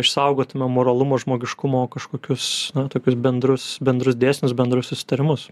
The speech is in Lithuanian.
išsaugoti nuo moralumo žmogiškumo kažkokius tokius bendrus bendrus dėsnius bendrus susitarimus